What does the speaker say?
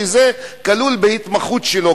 שזה כלול בהתמחות שלו,